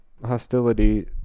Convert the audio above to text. hostility